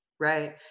right